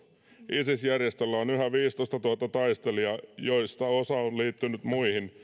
isis järjestöllä on yhä viisitoistatuhatta taistelijaa joista osa on liittynyt muihin